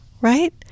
right